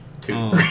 Two